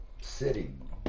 sitting